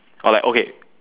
or like okay